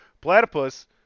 Platypus